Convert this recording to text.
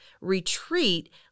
retreat